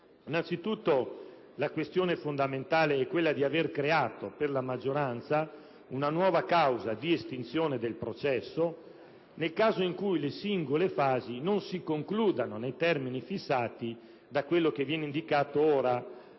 Innanzitutto, la questione fondamentale per la maggioranza è aver creato una nuova causa di estinzione del processo nel caso in cui le singole fasi non si concludano nei termini fissati da quello che viene indicato come